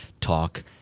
Talk